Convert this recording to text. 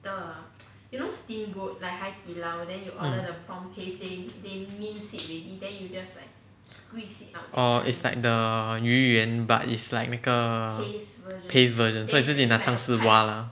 mm orh it's like the 鱼圆 but it's like 那个 paste version so 你自己拿汤匙挖 lah